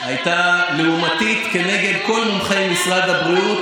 היא הייתה לעומתית כנגד כל מומחי משרד הבריאות.